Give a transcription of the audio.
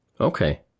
Okay